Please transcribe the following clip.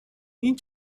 این